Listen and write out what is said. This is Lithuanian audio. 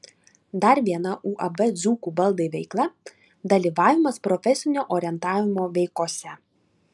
dar viena uab dzūkų baldai veikla dalyvavimas profesinio orientavimo veikose